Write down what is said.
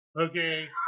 okay